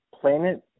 planet